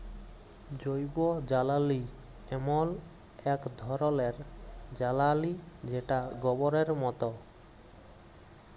জৈবজ্বালালি এমল এক ধরলের জ্বালালিযেটা গবরের মত